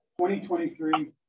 2023